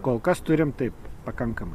kol kas turim taip pakankamai